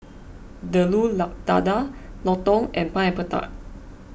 Telur Dadah Lontong and Pineapple Tart